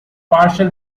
partial